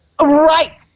Right